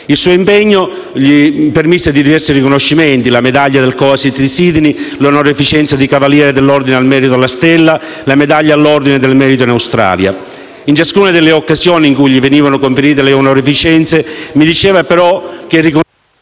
Il suo impegno gli permise di ricevere diversi riconoscimenti: la medaglia del Co.As.lt. di Sydney, l'onorificenza di Cavaliere dell'ordine al merito della Stella e la medaglia dell'ordine al merito dell'Australia. In ciascuna delle occasioni in cui gli venivano conferite queste onorificenze, mi diceva però che il riconoscimento